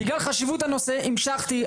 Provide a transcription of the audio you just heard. בגלל חשיבות הנושא המשכתי.